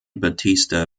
battista